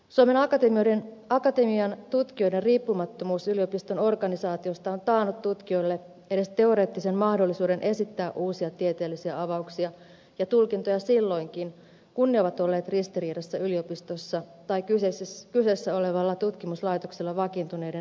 suomen akatemian tutkijoiden riippumattomuus yliopiston organisaatiosta on taannut tutkijoille edes teoreettisen mahdollisuuden esittää uusia tieteellisiä avauksia ja tulkintoja silloinkin kun ne ovat olleet ristiriidassa yliopistossa tai kyseessä olevalla tutkimuslaitoksella vakiintuneiden näkemysten kanssa